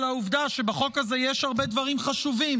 העובדה שבחוק הזה יש הרבה דברים חשובים,